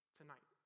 tonight